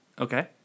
Okay